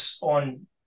on –